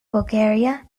bulgaria